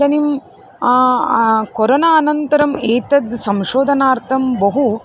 इदानीं कोरोना अनन्तरम् एतद् संशोधनार्थं बहु